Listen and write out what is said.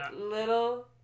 Little